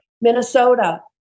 Minnesota